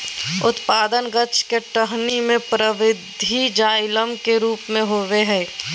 उत्पादन गाछ के टहनी में परवर्धी जाइलम के रूप में होबय हइ